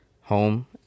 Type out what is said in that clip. home